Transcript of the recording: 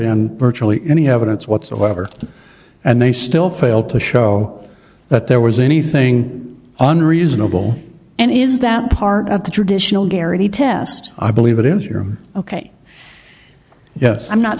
in virtually any evidence whatsoever and they still failed to show that there was anything unreasonable and is that part of the traditional garrity test i believe it is you're ok yes i'm not